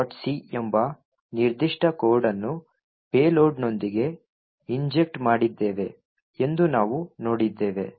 c ಎಂಬ ನಿರ್ದಿಷ್ಟ code ಅನ್ನು ಪೇಲೋಡ್ನೊಂದಿಗೆ ಇಂಜೆಕ್ಟ್ ಮಾಡಿದ್ದೇವೆ ಎಂದು ನಾವು ನೋಡಿದ್ದೇವೆ